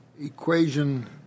equation